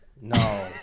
No